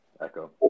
echo